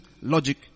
logic